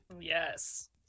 Yes